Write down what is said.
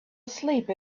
asleep